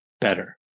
better